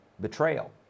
betrayal